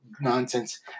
nonsense